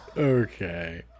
Okay